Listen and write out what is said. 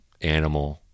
animal